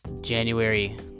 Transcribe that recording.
January